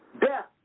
death